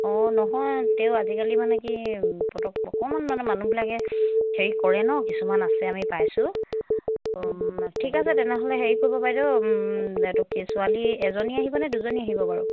অঁ নহয় তেও আজিকালি মানে কি পটক অকমান মানে মানুহবিলাকে হেৰি কৰে ন কিছুমান আছে আমি পাইছোঁ ঠিক আছে তেনেহ'লে হেৰি কৰিব বাইদেউ এইটো কি ছোৱালী এজনী আহিবনে দুজনী আহিব বাৰু